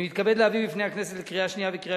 אני מתכבד להביא בפני הכנסת לקריאה שנייה ולקריאה